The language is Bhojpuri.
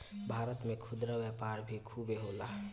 भारत में खुदरा व्यापार भी खूबे होला